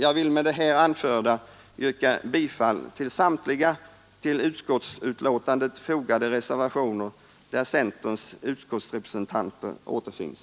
Jag vill med det anförda yrka bifall till samtliga vid utskottsbetänkandet fogade reservationer där centerns utskottsrepresentanter återfinns.